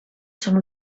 són